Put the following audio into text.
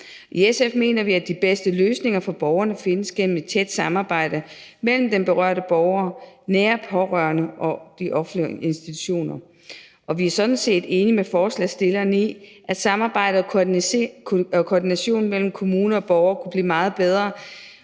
I SF mener vi, at de bedste løsninger for borgerne findes gennem et tæt samarbejde mellem den berørte borger, nære pårørende og de offentlige institutioner. Vi er sådan set enige med forslagsstillerne i, at samarbejdet og koordinationen mellem kommuner og borgere kunne blive meget bedre,